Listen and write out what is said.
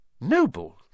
noble